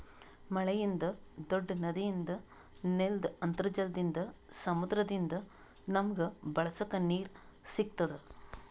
ಮಳಿಯಿಂದ್, ದೂಡ್ಡ ನದಿಯಿಂದ್, ನೆಲ್ದ್ ಅಂತರ್ಜಲದಿಂದ್, ಸಮುದ್ರದಿಂದ್ ನಮಗ್ ಬಳಸಕ್ ನೀರ್ ಸಿಗತ್ತದ್